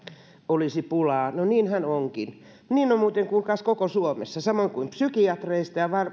olisi pulaa no niinhän onkin niin on muuten kuulkaas koko suomessa samoin kuin psykiatreista ja